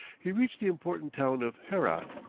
he reached the important town of herat.